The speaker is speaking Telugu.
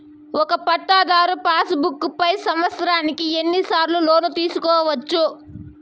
ఒక పట్టాధారు పాస్ బుక్ పై సంవత్సరానికి ఎన్ని సార్లు లోను తీసుకోవచ్చు?